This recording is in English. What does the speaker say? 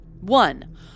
one